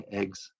eggs